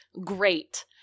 great